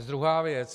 Druhá věc.